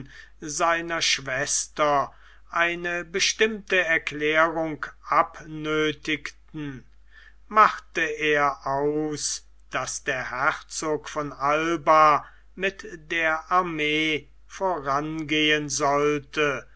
seiner schwester eine bestimmte erklärung abnöthigten machte er aus daß der herzog von alba mit der armee vorangehen sollte